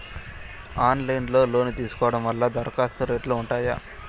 Online లో loan తీసుకోవడం వల్ల దరఖాస్తు రేట్లు ఉంటాయా?